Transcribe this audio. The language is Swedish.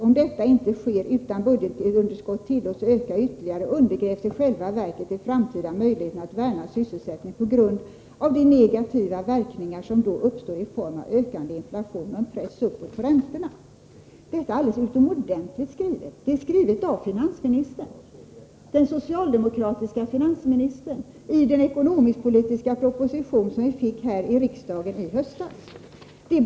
Om detta inte sker, utan budgetunderskottet tillåts öka ytterligare, undergrävs i själva verket de framtida möjligheterna att värna sysselsättningen på grund av de negativa verkningar som då uppstår i form av ökande inflation och en press uppåt på räntorna.” Detta är alldeles utomordentligt bra skrivet! Det är skrivet av den socialdemokratiske finansministern i den ekonomisk-politiska proposition som lades fram för riksdagen i höstas.